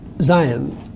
Zion